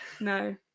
No